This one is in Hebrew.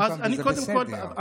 וזה בסדר.